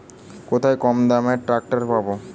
কোথায় কমদামে ট্রাকটার পাব?